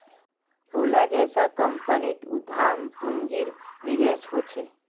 ओला जैसा कम्पनीत उद्दाम पून्जिर निवेश होछे